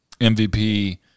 MVP